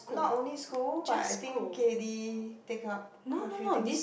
not only school but I think K_D take up quite a few things